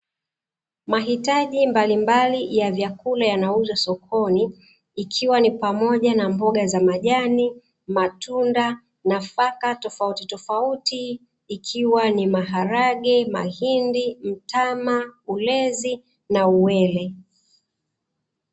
Mahitaji mbalimbali ya vyakula yanauzwa sokoni ikiwa ni pamoja na: mboga za majani, matunda; nafaka tofautitofauti ikiwa ni: maharage, mahindi, mtama, ulezi na uwele.